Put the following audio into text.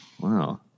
Wow